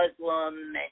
Muslim